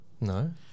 No